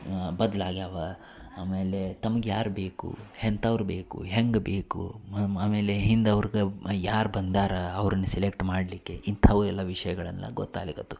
ಬದಲಾಗ್ಯಾವ ಆಮೇಲೆ ತಮಗ್ಯಾರ್ ಬೇಕು ಎಂಥವ್ರ್ ಬೇಕು ಹೇಗ್ ಬೇಕು ಮ ಆ ಮೇಲೆ ಹಿಂದೆ ಅವ್ರಿಗೆ ಯಾರು ಬಂದಾರ ಅವ್ರನ್ನು ಸೆಲೆಕ್ಟ್ ಮಾಡ್ಲಿಕ್ಕೆ ಇಂಥಾವ್ ಎಲ್ಲ ವಿಷಯಗಳೆಲ್ಲ ಗೊತ್ತಾಗಲಿಕತ್ತು